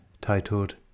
titled